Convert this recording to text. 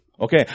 okay